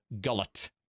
gullet